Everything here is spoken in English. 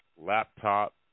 Laptop